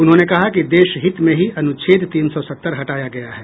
उन्होंने कहा कि देशहित में ही अनुच्छेद तीन सौ सत्तर हटाया गया है